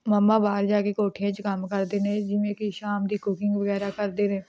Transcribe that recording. ਮੰਮਾ ਬਾਹਰ ਜਾ ਕੇ ਕੋਠੀਆਂ 'ਚ ਕੰਮ ਕਰਦੇ ਨੇ ਜਿਵੇਂ ਕਿ ਸ਼ਾਮ ਦੀ ਕੁਕਿੰਗ ਵਗੈਰਾ ਕਰਦੇ ਨੇ